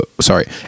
sorry